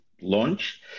launch